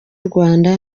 rwanda